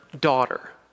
daughter